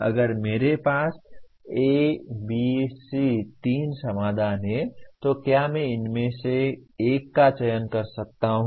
अगर मेरे पास A B C तीन समाधान हैं तो क्या मैं इनमें से एक का चयन कर सकता हूं